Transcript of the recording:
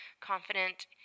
confident